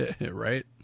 Right